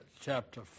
chapter